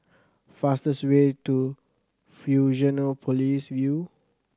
fastest way to Fusionopolis View